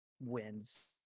Wins